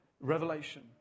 Revelation